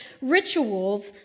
rituals